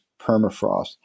permafrost